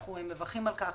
ואנחנו מברכים על כך,